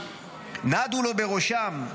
נדו לו בראשם,